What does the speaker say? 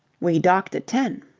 we docked at ten.